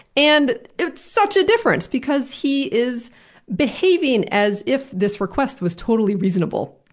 and it's such a difference, because he is behaving as if this request was totally reasonable.